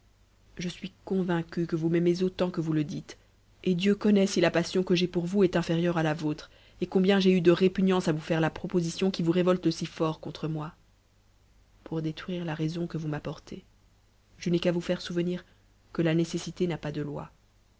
persienne jesuis convaincue que vousm'mez autant que vous le dites et dieu connait si la passion que j'ai po mb est intérieure à la vôtre et combien j'ai eu de répugnance à vous b la proposition qui vous révolte si fort contre moi pour détruire la b ison que vous m'apportez je n'ai qu'à vous faire souvenir que la néces b ti'a pas de loi